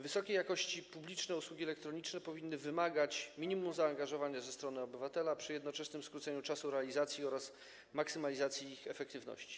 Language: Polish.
Wysokiej jakości publiczne usługi elektroniczne powinny wymagać minimum zaangażowania ze strony obywatela przy jednoczesnym skróceniu czasu realizacji oraz maksymalizacji ich efektywności.